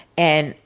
and,